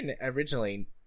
originally